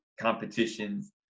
competitions